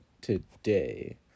today